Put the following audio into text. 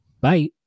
Bye